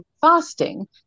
fasting